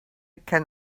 can